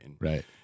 Right